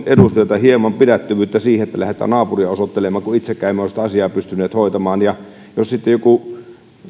edustajilta hieman pidättyvyyttä siinä että lähdetään naapuria osoittelemaan kun itsekään emme ole sitä asiaa pystyneet hoitamaan ja jos sitten joku